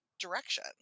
direction